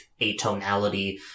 atonality